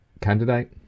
candidate